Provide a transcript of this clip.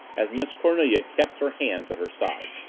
as miss cornelia kept her hands at her sides.